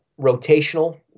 rotational